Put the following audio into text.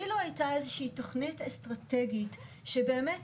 אילו הייתה איזו שהיא תכנית אסטרטגית שבאמת,